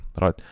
Right